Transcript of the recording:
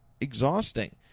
exhausting